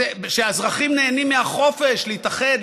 בכך שהאזרחים נהנים מהחופש להתאחד,